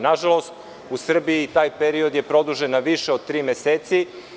Nažalost, u Srbiji je taj period produžen na više od tri meseca.